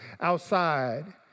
outside